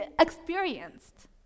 experienced